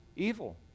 Evil